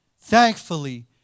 thankfully